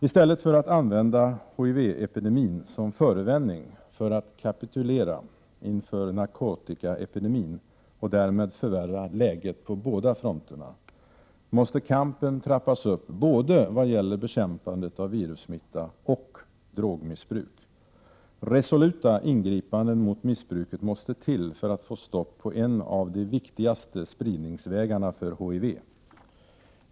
Istället för att använda HIV-epidemin som förevändning för att kapitulera — Prot. 1988/89:105 inför narkotikaepidemin, och därmed förvärra läget på båda fronterna, 27 april 1989 måste man trappa upp kampen vad gäller både bekämpandet av virussmitta och av drogmissbruk. Resoluta ingripanden mot missbruket måste till för att få stopp på en av de viktigaste spridningsvägarna för HIV.